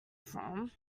from